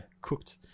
cooked